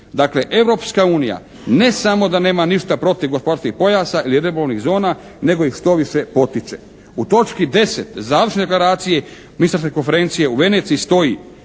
Dakle, Europska unija ne samo da nema ništa protiv gospodarskih pojasa ili ribolovnih zona nego je štoviše potiče U točki 10. završne deklaracije ministarske konferencije u Veneciji stoji